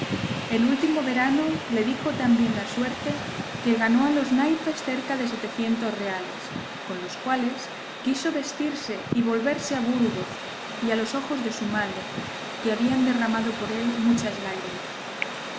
el último verano le dijo tan bien la suerte que ganó a los naipes cerca de setecientos reales con los cuales quiso vestirse y volverse a burgos y a los ojos de su madre que habían derramado por él muchas lágrimas